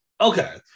Okay